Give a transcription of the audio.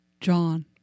John